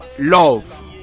love